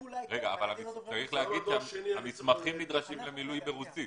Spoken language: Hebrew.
צריך לומר שהמסמכים נדרשים למילוי ברוסית